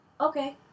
okay